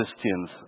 Christians